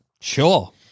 Sure